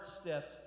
steps